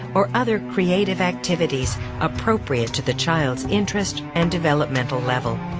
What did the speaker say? or other creative activities appropriate to the child's interest and developmental level.